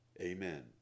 Amen